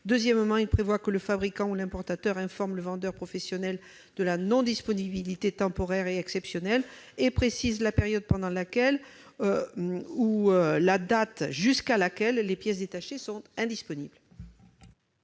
Deuxièmement, il vise à prévoir que le fabricant ou l'importateur informe le vendeur professionnel de la non-disponibilité temporaire et exceptionnelle et précise la période pendant laquelle ou la date jusqu'à laquelle les pièces détachées sont indisponibles.